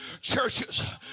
churches